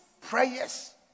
prayers